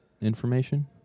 information